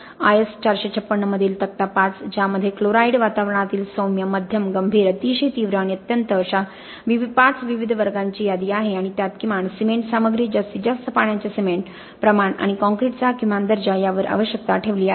IS 456 मधील तक्ता 5 ज्यामध्ये क्लोराईड वातावरणातील सौम्य मध्यम गंभीर अतिशय तीव्र आणि अत्यंत अशा 5 विविध वर्गांची यादी आहे आणि त्यात किमान सिमेंट सामग्री जास्तीत जास्त पाण्याचे सिमेंट प्रमाण आणि कॉंक्रिटचा किमान दर्जा यावर आवश्यकता ठेवली आहे